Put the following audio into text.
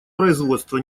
производство